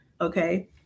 okay